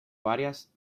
varias